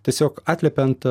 tiesiog atliepiant